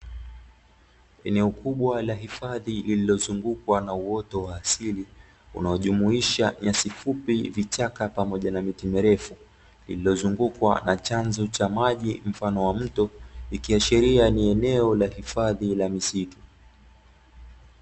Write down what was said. Eneo kubwa la hifadhi lililozungukwa na uoto wa asili unaojumuisha nyasi fupi, vichaka pamoja na miti mirefu; lililozungukwa na chanzo cha maji mfano wa mto, ikiashiria ni eneo la hifadhi la misitu.